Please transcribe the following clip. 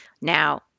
Now